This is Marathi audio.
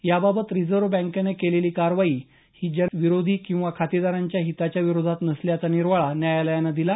याबाबत रिझर्व बँकेनं केलेली कारवाई जनहितविरोधी किंवा खातेदारांच्या हिताच्या विरोधात नसल्याचा निर्वाळा न्यायालयानं दिला